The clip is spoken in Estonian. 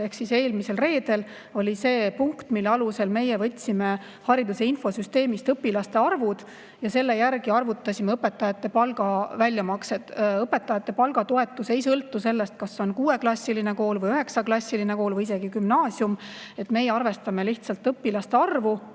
eelmisel reedel oli see punkt, mille alusel meie võtsime hariduse infosüsteemist õpilaste arvud ja selle järgi arvutasime õpetajate palga väljamaksed. Õpetajate palgatoetus ei sõltu sellest, kas on kuueklassiline kool või üheksaklassiline kool või isegi gümnaasium. Meie arvestame lihtsalt õpilaste arvu